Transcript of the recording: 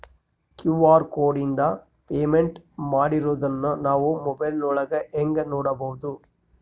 QR ಕೋಡಿಂದ payment ಮಾಡಿರೋದನ್ನ ನಾವು ಮೊಬೈಲಿನೊಳಗ ಹೆಂಗ ನೋಡಬಹುದು?